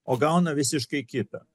o gauna visiškai kita